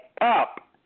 up